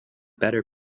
better